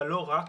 אבל לא רק,